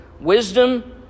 Wisdom